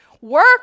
Work